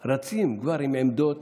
כבר רצים עם עמדות